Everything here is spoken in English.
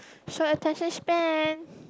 short attention span